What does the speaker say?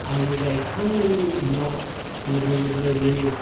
आलु गायखांनायनि उनाव लोगो लोगो नै